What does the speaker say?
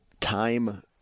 time